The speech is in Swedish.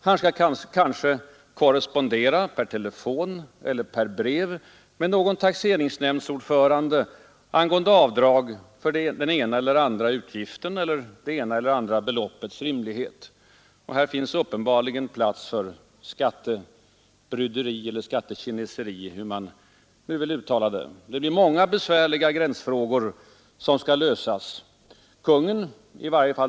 Han skall kanske korrespondera per telefon eller per brev med någon taxeringsnämndsordförande angående avdrag för den ena eller andra utgiften eller det ena eller andra beloppets rimlighet. Här finns uppenbarligen plats för skattebryderi eller skattekineseri — hur man nu vill uttrycka sig. Det blir många besvärliga gränsfrågor som skall lösas.